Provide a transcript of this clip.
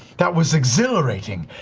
that was exhilarating!